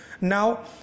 now